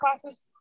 classes